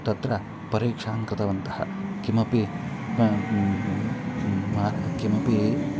तत्र परीक्षां कृतवन्तः किमपि मार् किमपि